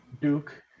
Duke